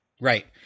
right